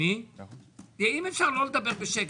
אני לא רוצה להיות נגדכם או בעדכם.